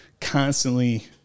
constantly